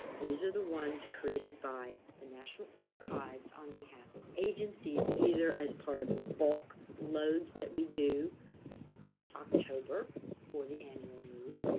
these are the ones created by the national archives on behalf of agencies, either as part of the bulk loads that we do each october for the annual move.